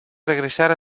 regresar